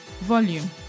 Volume